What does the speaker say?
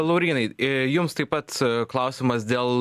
laurynai jums taip pat klausimas dėl